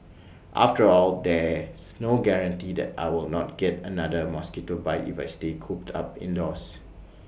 after all there's no guarantee that I will not get another mosquito bite if I stay cooped up indoors